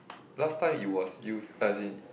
last time it was used as in